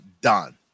done